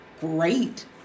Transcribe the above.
great